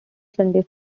sunday